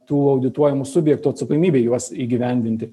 tų audituojamų subjektų atsakomybei juos įgyvendinti